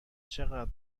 چقدر